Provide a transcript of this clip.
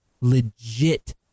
legit